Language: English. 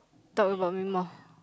thought about him more